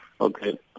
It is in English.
Okay